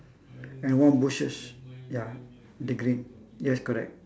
and one bushes ya the green yes correct